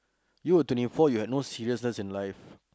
you were twenty four you had no seriousness in life